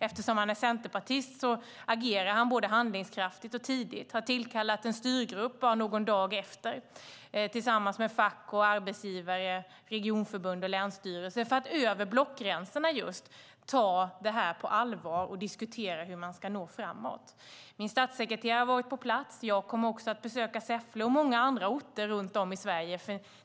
Eftersom han är centerpartist agerade han både handlingskraftigt och tidigt - han tillkallade en styrgrupp bara någon dag efter, tillsammans med fack, arbetsgivare, regionförbund och länsstyrelse, för att just över blockgränserna ta detta på allvar och diskutera hur man ska nå framåt. Min statssekreterare har varit på plats. Jag kommer också att besöka Säffle och många andra orter runt om i Sverige.